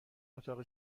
اتاق